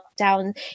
lockdown